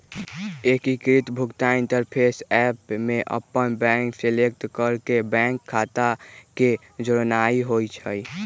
एकीकृत भुगतान interface app में अप्पन बैंक सेलेक्ट क के बैंक खता के जोड़नाइ होइ छइ